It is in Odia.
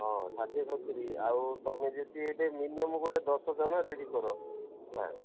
ହଁ ଷାଠିଏ ସତୁରି ଆଉ ତୁମେ ଯଦି ଏଇଟି ମିନିମମ୍ ଗୋଟେ ଦଶ ଜଣ ରେଡ଼ି କର ହେଲା